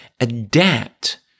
adapt